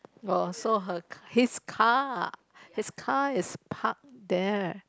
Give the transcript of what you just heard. oh so her his car his car is park there